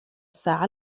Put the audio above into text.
الساعة